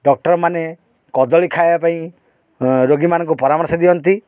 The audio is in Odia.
ଡକ୍ଟରମାନେ କଦଳୀ ଖାଇବା ପାଇଁ ରୋଗୀମାନଙ୍କୁ ପରାମର୍ଶ ଦିଅନ୍ତି